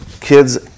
Kids